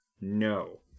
no